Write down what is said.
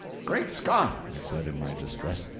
great scott! i said in my distress.